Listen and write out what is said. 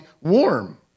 warm